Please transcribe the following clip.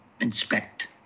inspect